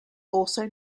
also